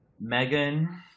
Megan